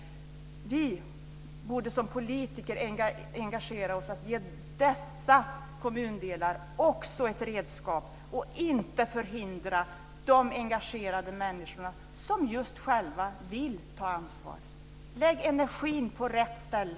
Vi borde som politiker engagera oss i att ge också dessa kommundelar ett redskap, Owe Hellberg, och inte hindra de engagerade människor som själva vill ta ansvar. Lägg energin på rätt ställe.